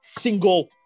single